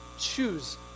Choose